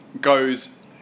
goes